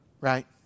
Right